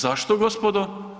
Zašto gospodo?